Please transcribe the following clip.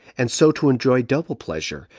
and so to enjoy double pleasure,